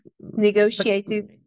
negotiated